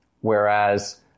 Whereas